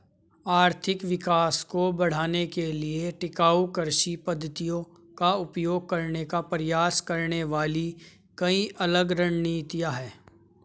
आर्थिक विकास को बढ़ाने के लिए टिकाऊ कृषि पद्धतियों का उपयोग करने का प्रयास करने वाली कई अलग रणनीतियां हैं